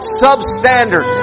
substandard